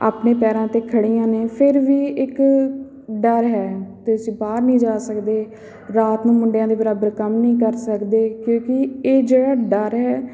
ਆਪਣੇ ਪੈਰਾਂ 'ਤੇ ਖੜ੍ਹੀਆਂ ਨੇ ਫਿਰ ਵੀ ਇੱਕ ਡਰ ਹੈ ਅਤੇ ਤੁਸੀਂ ਬਾਹਰ ਨਹੀਂ ਜਾ ਸਕਦੇ ਰਾਤ ਨੂੰ ਮੁੰਡਿਆਂ ਦੇ ਬਰਾਬਰ ਕੰਮ ਨਹੀਂ ਕਰ ਸਕਦੇ ਕਿਉਂਕਿ ਇਹ ਜਿਹੜਾ ਡਰ ਹੈ